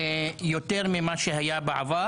יותר ממה שהיה בעבר.